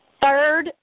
Third